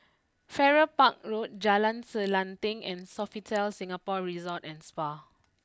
Farrer Park Road Jalan Selanting and Sofitel Singapore Resort and Spa